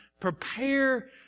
Prepare